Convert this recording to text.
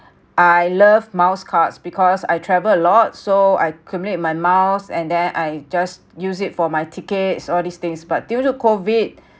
I love miles cards because I travel a lot so I accumulate my miles and then I just use it for my tickets all these things but due to COVID